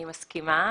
אני מסכימה.